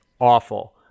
awful